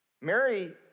Mary